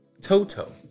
Toto